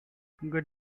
good